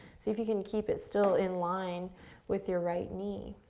see if you can keep it still in line with your right knee.